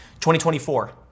2024